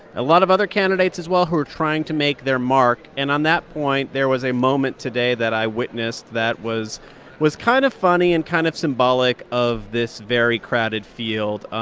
a lot of other candidates as well who are trying to make their mark. and on that point, there was a moment today that i witnessed that was was kind of funny and kind of symbolic of this very crowded field.